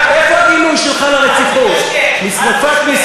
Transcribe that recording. שמבקשת להאריך